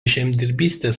žemdirbystės